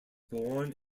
born